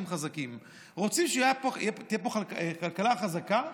חזקים ורוצים שתהיה פה כלכלה חזקה,